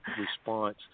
response